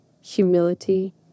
humility